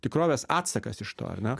tikrovės atsakas iš to ar ne